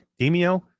demio